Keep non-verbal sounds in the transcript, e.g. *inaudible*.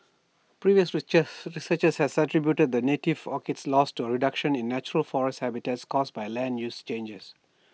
previous *unintelligible* researchers had attributed the native orchid's loss to A reduction in natural forest habitats caused by land use changes